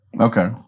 Okay